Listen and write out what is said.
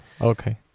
okay